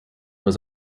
was